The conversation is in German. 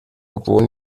obwohl